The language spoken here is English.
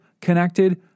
connected